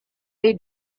they